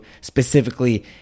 specifically